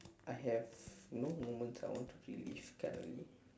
I have no moments I want to relive currently